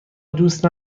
دوست